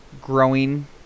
growing